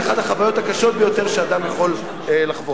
אחת החוויות הקשות ביותר שאדם יכול לחוות.